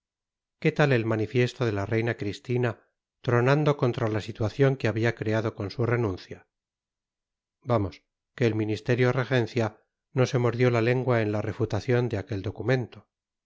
qué tal el manifiesto de la reina cristina tronando contra la situación que había creado con su renuncia vamos que el ministerio regencia no se mordió la lengua en la refutación de aquel documento